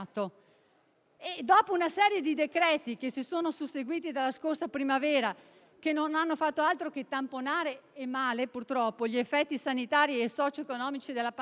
Dopo una serie di decreti che si sono susseguiti dalla scorsa primavera che non hanno fatto altro che tamponare e male gli effetti sanitari e socio economici della pandemia,